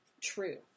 true